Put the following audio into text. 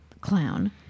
clown